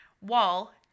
wall